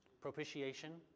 propitiation